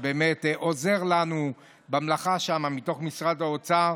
שעוזר לנו במלאכה שם מתוך משרד האוצר.